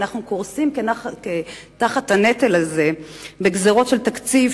אנחנו קורסים תחת הנטל הזה בגזירות של תקציב,